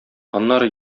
аннары